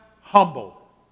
humble